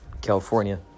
California